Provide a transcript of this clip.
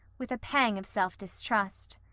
with a pang of self-distrust.